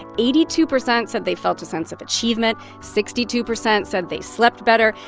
eighty two percent said they felt a sense of achievement, sixty two percent said they slept better,